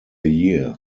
year